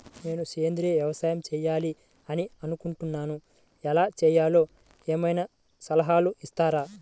నేను సేంద్రియ వ్యవసాయం చేయాలి అని అనుకుంటున్నాను, ఎలా చేయాలో ఏమయినా సలహాలు ఇస్తారా?